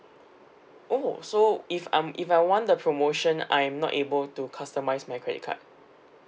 oh so if I'm if I want the promotion I am not able to customise my credit card